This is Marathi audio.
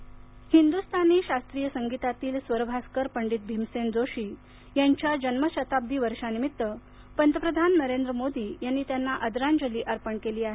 भीमसेन जोशी पंतप्रधान हिंद्रस्थानी शास्त्रीय संगीतातील स्वरभास्कर पंडित भीमसेन जोशी यांच्या जन्म शताब्दी वर्षानिमित्त पंतप्रधान नरेंद्र मोदी यांनी त्यांना आदरांजली अर्पण केली आहे